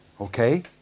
Okay